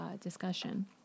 discussion